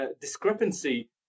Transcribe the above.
discrepancy